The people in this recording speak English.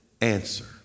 answer